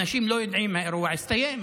אנשים לא יודעים אם האירוע הסתיים,